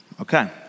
Okay